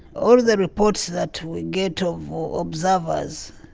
all the reports that we get of observers,